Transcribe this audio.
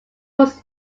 was